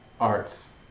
arts